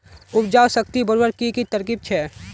उपजाऊ शक्ति बढ़वार की की तरकीब छे?